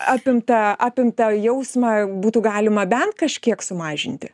apimtą apimtą jausmą būtų galima bent kažkiek sumažinti